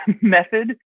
method